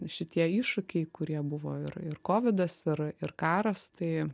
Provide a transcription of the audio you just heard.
šitie iššūkiai kurie buvo ir ir kovidas ir ir karas tai